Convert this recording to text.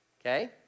okay